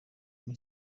muri